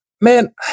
Man